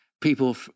people